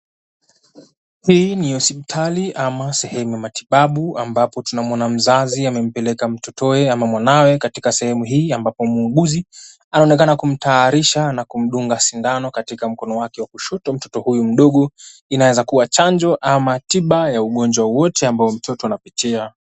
Hii ni hospitali ama sehemu ya matibabu ambapo tunamwaoa mzazi amempeleka mtotoe ama mwanawe katika sehemu hii. Ambapo muuguzi anaonekana kumtayarisha na kumdunga sindano katika mkono wake wa kushoto mtoto huyu mdogo. Inaweza kuwa chanjo ama tiba ya ugonjwa wowote ambao mtoto anapitia.